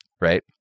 right